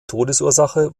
todesursache